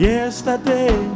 Yesterday